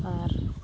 ᱟᱨ